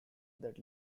that